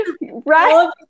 Right